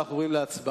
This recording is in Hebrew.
נתקבלה.